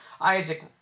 Isaac